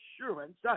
assurance